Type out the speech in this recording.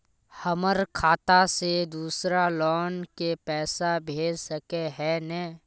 हमर खाता से दूसरा लोग के पैसा भेज सके है ने?